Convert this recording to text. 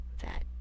That